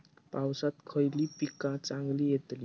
पावसात खयली पीका चांगली येतली?